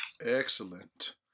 Excellent